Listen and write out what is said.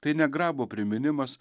tai ne grabo priminimas